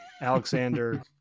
Alexander